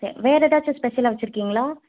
சரி வேறு ஏதாச்சும் ஸ்பெஷலாக வச்சுருக்கீங்களா